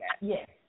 Yes